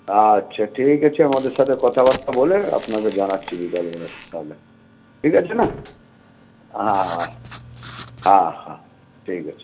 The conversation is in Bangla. আচ্ছা ঠিক আছে ওদের সাথে কথাবার্তা বলে আপনাকে জানাচ্ছি বিকাল করে তাহলে ঠিক আছে না হ্যাঁ হ্যাঁ হ্যাঁ হ্যাঁ ঠিক আছে